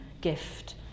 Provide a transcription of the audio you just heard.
gift